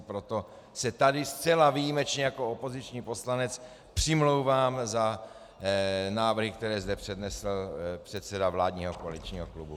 Proto se tady zcela výjimečně jako opoziční poslanec přimlouvám za návrhy, které zde přednesl předseda vládního koaličního klubu.